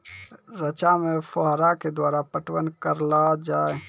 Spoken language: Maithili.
रचा मे फोहारा के द्वारा पटवन करऽ लो जाय?